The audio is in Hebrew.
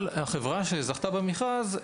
אבל החברה שזכתה במכרז,